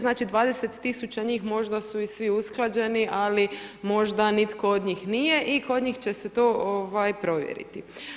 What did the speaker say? Znači 20 000 njih možda su i svi usklađeni ali možda nitko od njih nije i kod njih će se to provjeriti.